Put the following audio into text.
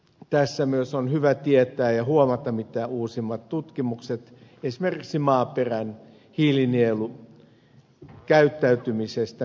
tässä myös on hyvä tietää ja huomata mitä uusimmat tutkimukset esimerkiksi maaperän hiilinielukäyttäytymisestä meille kertovat